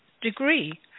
degree